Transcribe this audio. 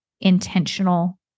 intentional